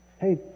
Hey